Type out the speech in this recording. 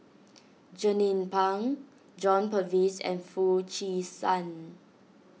Jernnine Pang John Purvis and Foo Chee San